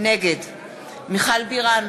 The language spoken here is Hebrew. נגד מיכל בירן,